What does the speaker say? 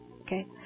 Okay